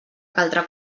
caldrà